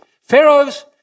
pharaoh's